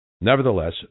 Nevertheless